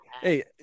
hey